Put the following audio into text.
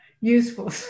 useful